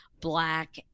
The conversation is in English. Black